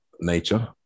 nature